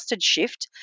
shift